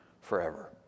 forever